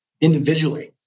individually